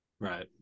Right